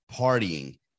partying